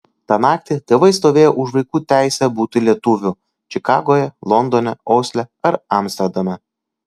tą naktį tėvai stovėjo už vaikų teisę būti lietuviu čikagoje londone osle ar amsterdame